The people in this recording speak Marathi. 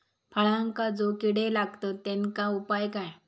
फळांका जो किडे लागतत तेनका उपाय काय?